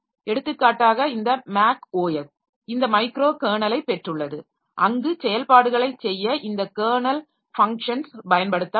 எடுத்துக்காட்டாக இந்த Mac OS இந்த மைக்ரோ கெர்னலைப் பெற்றுள்ளது அங்கு செயல்பாடுகளை செய்ய இந்த கெர்னல் பங்ஷன்ஸ் பயன்படுத்தப்படும்